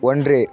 ஒன்று